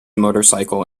motorcycle